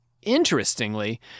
Interestingly